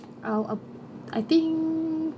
I'll uh I think